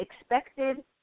expected